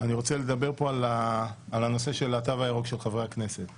אני רוצה לדבר פה על הנושא של התו הירוק של חברי הכנסת.